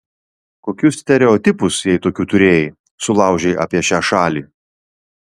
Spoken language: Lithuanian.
kokius stereotipus jei tokių turėjai sulaužei apie šią šalį